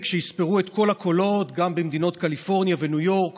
וכשיספרו את כל הקולות גם במדינות קליפורניה וניו יורק